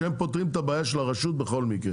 שהם פותרים את הבעיה של הרשות בכל מקרה